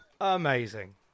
Amazing